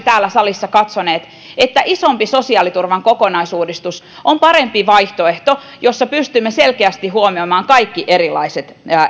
täällä salissa yhdessä katsoneet että isompi sosiaaliturvan kokonaisuudistus on parempi vaihtoehto jossa pystymme selkeästi huomioimaan kaikki erilaiset